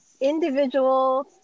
individual